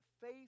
faith